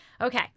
Okay